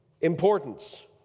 importance